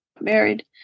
married